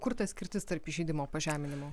kur ta skirtis tarp įžeidimo pažeminimo